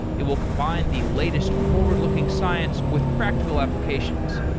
it will combine the latest forward looking science with practical applications.